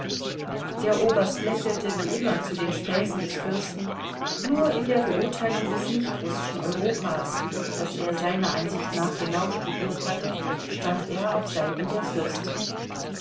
der oberst lächelte wie immer zu den späßen des fürsten nur in der beurteilung des nichtrussischen europas das er seiner ansicht nach genau studiert hatte stand er auf seiten der fürstin